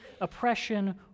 oppression